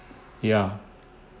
ya